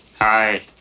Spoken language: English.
Hi